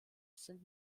sind